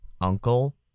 uncle